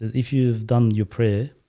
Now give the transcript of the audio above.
if you've done your prayer